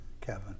Kevin